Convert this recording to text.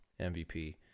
mvp